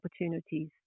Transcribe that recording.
opportunities